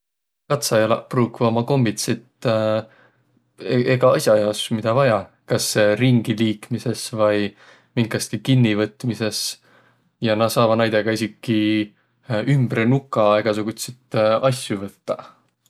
Katsajalaq pruukvaq uma kombitsit egä as'a jaos, midä vaia. Kas ringiliikmisõs vai minkastki kinniqvõtmisõs ja nä saavaq naidõga esiki ümbre nuka egäsugutsit asjo võttaq.